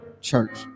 Church